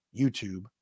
YouTube